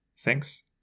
Thanks